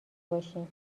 باشیم